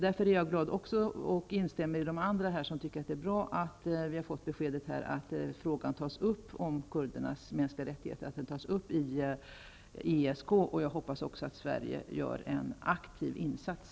Därför instämmer jag med övriga talare om att det är bra att vi har fått besked om att frågan om kurdernas mänskliga rättigheter tas upp i ESK. Jag hoppas också att Sverige gör en aktiv insats.